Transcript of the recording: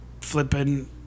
flipping